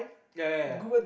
ya ya ya